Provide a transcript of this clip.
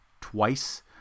twice